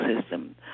system